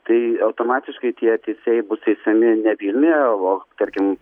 tai automatiškai tie teisėjai bus teisiami ne vilniuje o tarkim